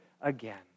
again